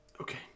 Okay